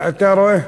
אתה רואה?